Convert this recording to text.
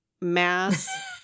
mass